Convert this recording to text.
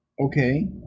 okay